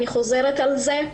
אני חוזרת על זה.